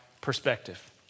perspective